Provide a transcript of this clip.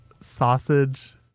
sausage